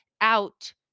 out